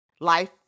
life